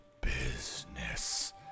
business